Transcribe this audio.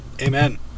amen